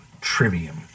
Trivium